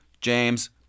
James